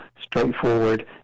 straightforward